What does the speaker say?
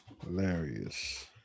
hilarious